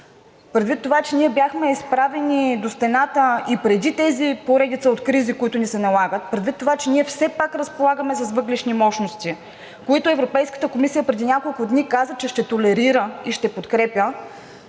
предвид това, че ние бяхме изправени до стената и преди тези поредица от кризи, които ни се налагат, предвид това, че ние все пак разполагаме с въглищни мощности, които Европейската комисия преди няколко дни каза, че ще толерира и ще подкрепя,